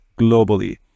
globally